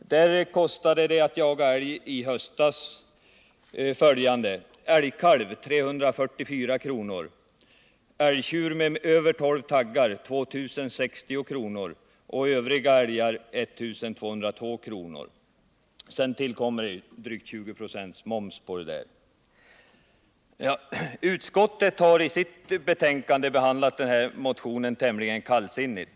Där uttogs i höstas följande avgifter vid älgjakt. Älgkalv: 344 kr. Älgtjur med mer än tolv taggar: 2 060 kr. Övriga älgdjur: 1202 kr. Till dessa belopp tillkommer drygt 20 96 moms. Utskottet har i sitt betänkande behandlat denna motion tämligen kallsinnigt.